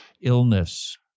Illness